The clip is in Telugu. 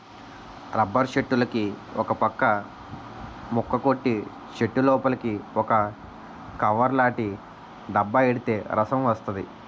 రబ్బర్ చెట్టులుకి ఒకపక్క ముక్క కొట్టి చెట్టులోపలికి ఒక కవర్లాటి డబ్బా ఎడితే రసం వస్తది